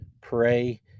pray